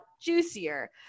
juicier